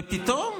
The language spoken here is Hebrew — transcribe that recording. ופתאום